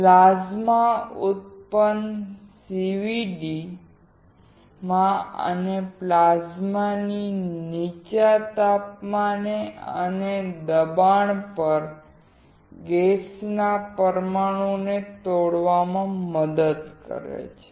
plasma ઉન્નત CVD માં plasma નીચા તાપમાન અને દબાણ પર ગેસના પરમાણુઓને તોડવામાં મદદ કરે છે